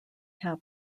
have